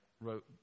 wrote